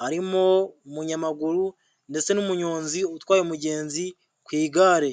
harimo umunyamaguru ndetse n'umunyonzi utwaye umugenzi ku igare.